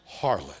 harlot